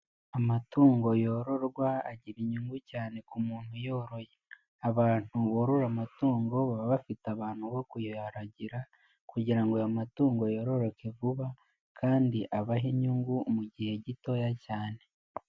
Amatungo yororwa agira inyungu cyane ku muntu uyoroye, abantu borora amatungo baba bafite abantu bo kuyaragira kugira, ngo ayo matungo yororoke vuba kandi abahe inyungu mu gihe gitoya cyane.